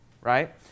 right